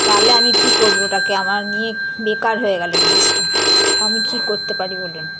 তাহলে আমি কী করব ওটাকে আমার নিয়ে বেকার হয়ে গেল জিনিসটা আমি কী করতে পারি বলুন